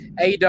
AW